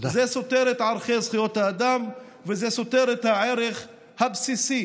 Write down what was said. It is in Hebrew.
זה סותר את ערכי זכויות האדם וזה סותר את הערך הבסיסי